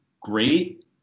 great